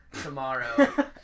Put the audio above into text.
tomorrow